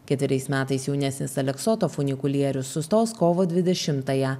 ketveriais metais jaunesnis aleksoto funikulierius sustos kovo dvidešimtąją